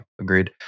agreed